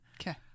Okay